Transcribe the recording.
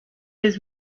was